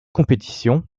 compétition